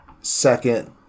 second